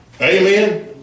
Amen